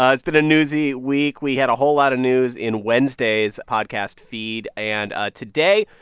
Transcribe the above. ah it's been a newsy week. we had a whole lot of news in wednesday's podcast feed. and ah today,